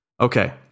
Okay